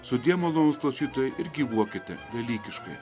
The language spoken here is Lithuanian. sudie malonūs klausytojai ir gyvuokite velykiškai